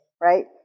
right